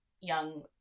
young